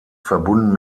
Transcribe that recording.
verbunden